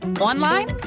Online